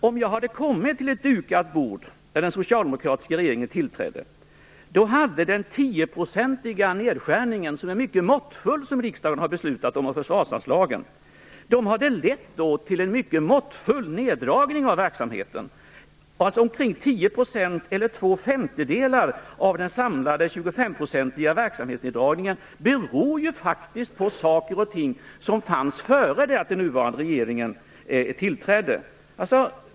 Om jag hade kommit till ett dukat bord när den socialdemokratiska regeringen tillträdde hade den tioprocentiga nedskärningen av försvarsanslagen som riksdagen har beslutat om, och som är mycket måttfull, lett till en mycket måttfull neddragning av verksamheten. Två femtedelar av den samlade tjugofemprocentiga verksamhetsneddragningen beror faktiskt på saker och ting som fanns före det att den nuvarande regeringen tillträdde.